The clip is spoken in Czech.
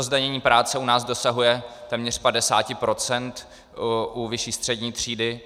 Zdanění práce u nás dosahuje téměř 50 % u vyšší střední třídy.